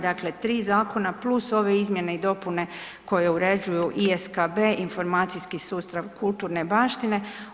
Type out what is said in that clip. Dakle 3 zakona + ove izmjene i dopune koje uređuju i SKB, informacijski sustav kulturne baštine.